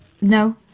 No